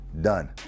done